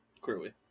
clearly